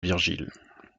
virgile